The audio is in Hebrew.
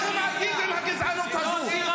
ממש לא.